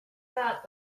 fat